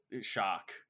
shock